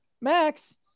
Max